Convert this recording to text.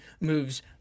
moves